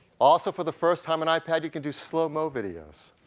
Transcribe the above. also, for the first time in ipad, you can do slo-mo videos.